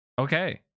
Okay